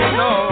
no